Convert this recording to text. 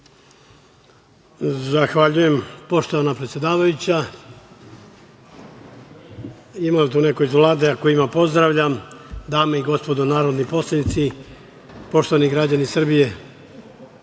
Zahvaljujem, poštovana predsedavajuća. Ima li tu neko iz Vlade? Ako ima, pozdravljam. Dame i gospodo narodni poslanici, poštovani građani Srbije,